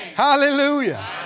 Hallelujah